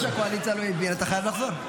אם יושב-ראש הקואליציה לא הבין, אתה חייב לחזור.